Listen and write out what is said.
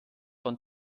von